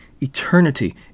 eternity